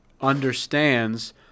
understands